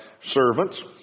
servants